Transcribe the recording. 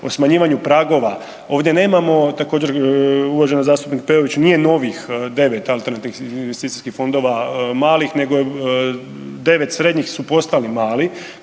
o smanjivanju pragova, ovdje nemamo također uvažena zastupnik Peović nije novih 9 alternativnih investicijskih fondova malih nego 9 srednjih su postali mali